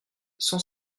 cent